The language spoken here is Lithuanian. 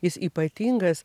jis ypatingas